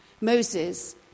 Moses